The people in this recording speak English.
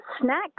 Snacks